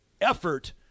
effort